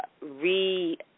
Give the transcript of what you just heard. re-